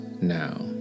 now